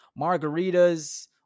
margaritas